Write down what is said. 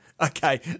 Okay